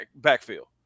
backfield